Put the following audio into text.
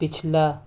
پچھلا